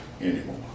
anymore